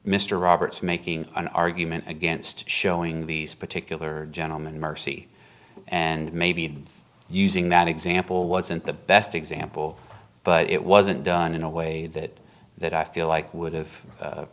mr roberts making an argument against showing these particular gentlemen mercy and maybe using that example wasn't the best example but it wasn't done in a way that that i feel like would've